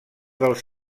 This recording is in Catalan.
dels